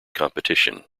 competition